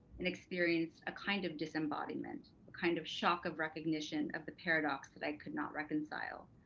and experienced a kind of disembodiment, a kind of shock of recognition of the paradox that i could not reconcile.